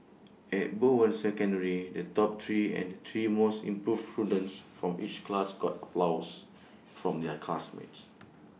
at Bowen secondary the top three and three most improved students from each class got applause from their classmates